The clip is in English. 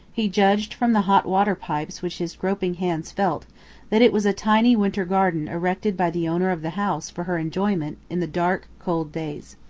he judged from the hot-water pipes which his groping hands felt that it was a tiny winter garden erected by the owner of the house for her enjoyment in the dark, cold days.